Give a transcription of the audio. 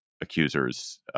accusers